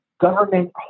government